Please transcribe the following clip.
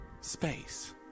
space